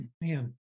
man